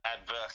adverse